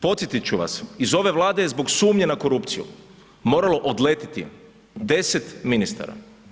Podsjetit ću vas, iz ove Vlade je zbog sumnje na korupciju moralo odletiti 10 ministara.